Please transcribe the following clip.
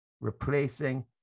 replacing